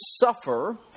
suffer